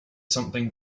something